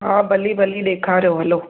हा भली भली ॾेखारियो हलो